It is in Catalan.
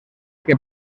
que